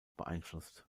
beeinflusst